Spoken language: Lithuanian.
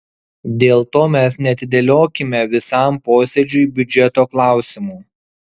dėl to mes neatidėliokime visam posėdžiui biudžeto klausimų